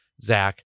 zach